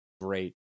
great